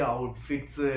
Outfits